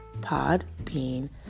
Podbean